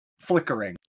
flickering